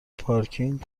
پارکینگ